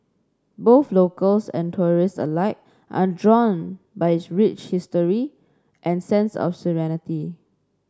both locals and tourists alike are drawn by its rich history and sense of serenity